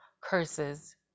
curses